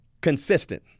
consistent